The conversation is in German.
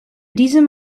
diesem